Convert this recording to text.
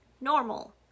normal